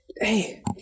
hey